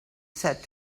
said